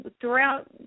throughout